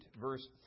verse